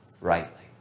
rightly